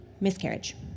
miscarriage